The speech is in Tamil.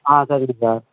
ஆ சரிங்க சார்